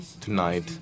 tonight